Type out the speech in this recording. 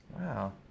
Wow